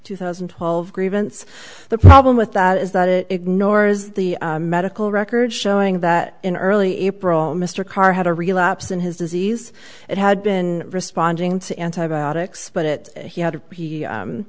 two thousand and twelve grievance the problem with that is that it ignores the medical records showing that in early april mr karr had a relapse in his disease and had been responding to antibiotics but it he had